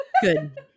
Good